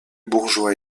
bourgeois